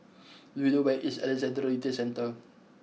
do you know where is Alexandra Retail Centre